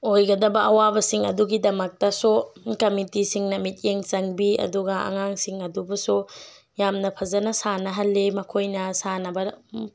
ꯑꯣꯏꯒꯗꯕ ꯑꯋꯥꯕ ꯁꯤꯡ ꯑꯗꯨꯒꯤꯗꯃꯛꯇꯁꯨ ꯀꯝꯃꯤꯠꯇꯤꯁꯤꯡꯅ ꯃꯤꯠꯌꯦꯡ ꯆꯪꯕꯤ ꯑꯗꯨꯒ ꯑꯉꯥꯡꯁꯤꯡ ꯑꯗꯨꯕꯨꯁꯨ ꯌꯥꯝꯅ ꯐꯖꯅ ꯁꯥꯟꯅꯍꯜꯂꯤ ꯃꯈꯣꯏꯅ ꯁꯥꯟꯅꯕ